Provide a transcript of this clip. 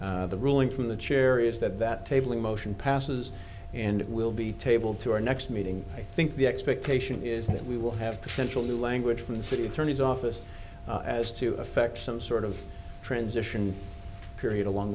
i the ruling from the chair is that that table in motion passes and will be tabled to our next meeting i think the expectation is that we will have potential new language from the city attorney's office as to affect some sort of transition period along